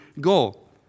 goal